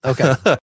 Okay